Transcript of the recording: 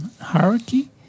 hierarchy